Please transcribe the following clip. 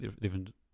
different